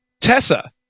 Tessa